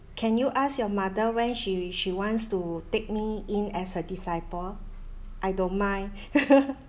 can you ask your mother when she she wants to take me in as her disciple I don't mind